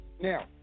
Now